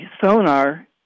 sonar